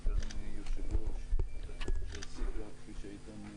כסגן יושב-ראש הכנסת שעשית, כפי שאיתן תיאר,